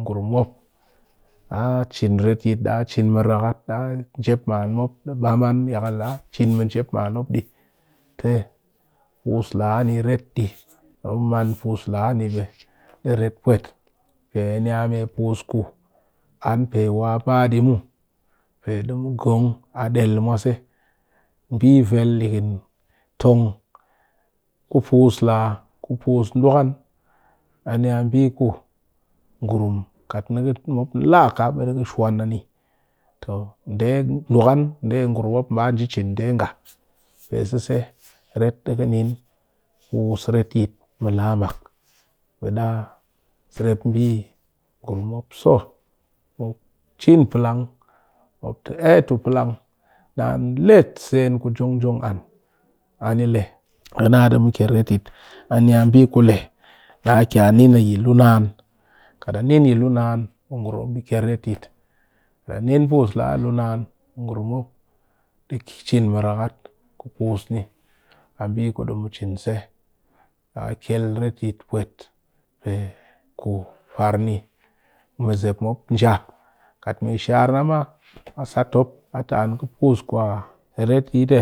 Ngurum mop ɗaa cin reyit ɗa cin mirekat, njep man mop ɗɨ bam an yakal da cin mɨ njep man mop dɨ. te pus laa ni ret di mop man pus la ni di ret pwet pe niya me pus ku an pee wa ɓaa ɗi muw, pe ɗɨ gong a del mwase, bi vel dighin tong ku puus laa ku puus ɗuk'an aniya bɨ ku ngurum mop kat ni kɨ te mop laa ka ɓe ɗekɨ shwan a ni to ɗuk'an a ngurum mop baa nji cin nde nga pe sese, ret di ki nin pus reyit mɨ laa mak. Ɓe da serep mbi ngurum mop so mop cin plang mop tɨ eyeye tu plang naan le sen ku jong-jong an, ani le kana ɗe kyel retyit aniya bi kule ɗaa kɨ a nin a luu naan ɓe kat a nin yi luu naan ɓe ngurum ɗɨ kyel retyit kat a nin puus laa luu naan ɓe ngurum mop ku du mu cin mɨrakat, se shar na mop nje mɨzep mop nja, kat mee shar na maa mop nja a tɨ an ku puus retyit